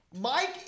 Mike